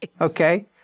Okay